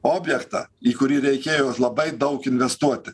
objektą į kurį reikėjo labai daug investuoti